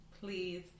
Please